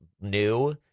new